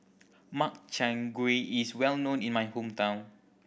Makchang Gui is well known in my hometown